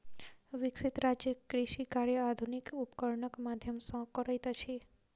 विकसित राज्य कृषि कार्य आधुनिक उपकरणक माध्यम सॅ करैत अछि